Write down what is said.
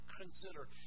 consider